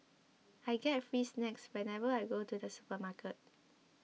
I get free snacks whenever I go to the supermarket